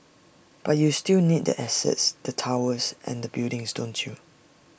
but you still need the assets the towers and the buildings don't you